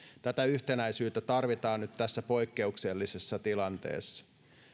tätä yhtenäisyyttä tarvitaan nyt tässä poikkeuksellisessa tilanteessa